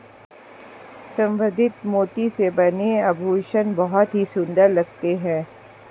संवर्धित मोती से बने आभूषण बहुत ही सुंदर लगते हैं